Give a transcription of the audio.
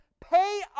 pay